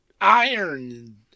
iron